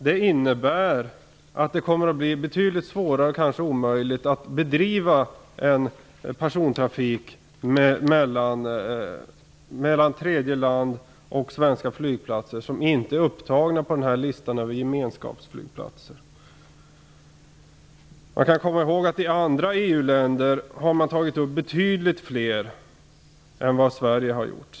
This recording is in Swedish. Det innebär att det kommer att bli betydligt svårare, och kanske omöjligt, att bedriva persontrafik mellan tredje land och svenska flygplatser som inte är upptagna på den här listan över gemenskapsflygplatser. I andra EU-länder har man tagit upp betydligt fler flygplatser än vad Sverige har gjort.